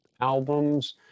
albums